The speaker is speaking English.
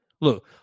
Look